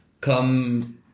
come